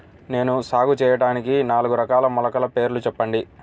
నేను సాగు చేయటానికి నాలుగు రకాల మొలకల పేర్లు చెప్పండి?